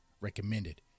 recommended